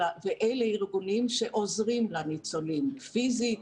והם ארגונים שעוזרים לניצולים: פיזית,